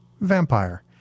Vampire